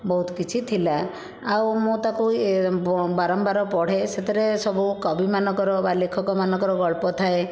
ବହୁତ କିଛି ଥିଲା ଆଉ ମୁଁ ତାକୁ ଇଏ ବାରମ୍ବାର ପଢ଼େ ସେଥିରେ ସବୁ କବିମାନଙ୍କର ବା ଲେଖକମାନଙ୍କର ଗଳ୍ପ ଥାଏ